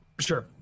Sure